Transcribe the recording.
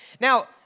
Now